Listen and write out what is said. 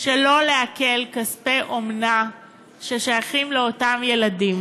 לא לעקל כספי אומנה ששייכים לאותם ילדים.